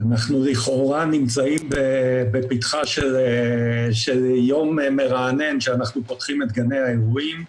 אנחנו לכאורה נמצאים בפתחו של יום מרענן שאנחנו פותחים את גני האירועים.